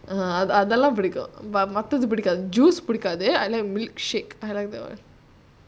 ah அதெல்லாம்பிடிக்கும்மத்ததுபிடிக்காது:adhellam pidikum maththathu pidikathu juice பிடிக்காது:pidikathu I like milkshake I like that [one]